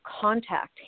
contact